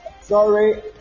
sorry